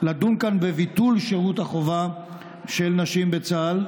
לדון כאן בביטול שירות החובה של נשים בצה"ל,